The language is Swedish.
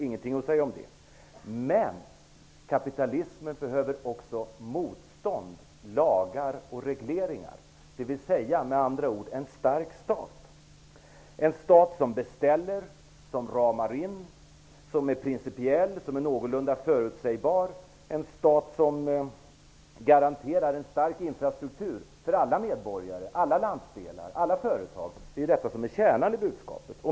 Inget att säga om det. Men kapitalismen behöver också motstånd, lagar och regleringar, dvs. med andra ord: en stark stat, en stat som beställer, som sätter ramar, som är principiell, som är någorlunda förutsägbar och som garanterar en stark infrastruktur för alla medborgare, alla landsdelar, alla företag. Det är alltså detta som är kärnan i budskapet.